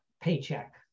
paycheck